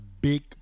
big